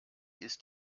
ist